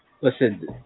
listen